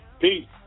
Peace